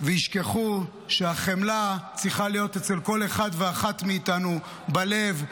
וישכחו שהחמלה צריכה להיות אצל כל אחד ואחת מאיתנו בלב,